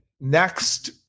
Next